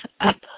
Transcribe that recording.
up